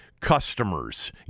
customers